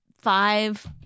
five